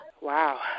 wow